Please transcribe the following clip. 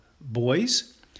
boys